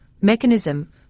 mechanism